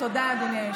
תודה, אדוני היושב-ראש.